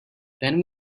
then